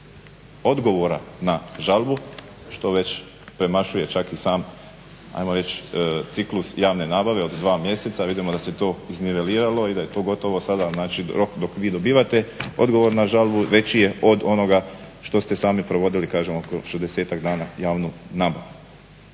odgovora na žalbu što već premašuje čak i sam ajmo reći ciklus javne nabave od 2 mjeseca, vidimo da se to izniveliralo i da je to gotovo sada znači rok dok vi dobivate odgovor na žalbu veći je od onoga što ste sami provodili kažem oko 60-ak dana javnu nabavu.